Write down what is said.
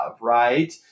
right